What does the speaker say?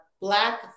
Black